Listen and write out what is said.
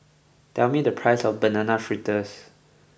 tell me the price of Banana Fritters